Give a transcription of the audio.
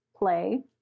play